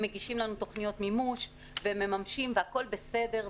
הם מגישים לנו תכניות מימוש ומממשים והכול בסדר.